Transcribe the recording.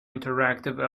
interactive